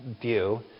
view